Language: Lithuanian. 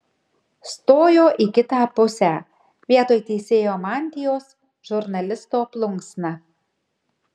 stojo į kitą pusę vietoj teisėjo mantijos žurnalisto plunksna